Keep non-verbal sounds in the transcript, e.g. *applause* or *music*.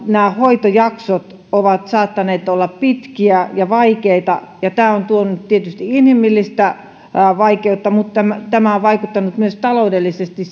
nämä hoitojaksot ovat saattaneet olla pitkiä ja vaikeita ja tämä on tuonut tietysti inhimillistä vaikeutta mutta tämä on vaikuttanut myös taloudellisesti *unintelligible*